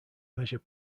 measure